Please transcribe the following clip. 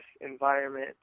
environment